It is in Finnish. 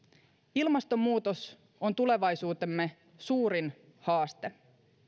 ilmastonmuutos on tulevaisuutemme suurin haaste